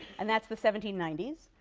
and that's the seventeen ninety s,